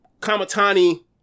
Kamatani